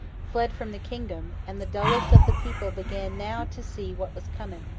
fled from the kingdom and the dullest of the people began, now, to see what was coming.